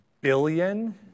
billion